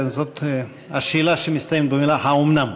זאת שאלה שמסתיימת במילה "האומנם?"